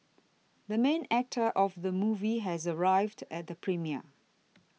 the main actor of the movie has arrived at the premiere